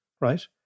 right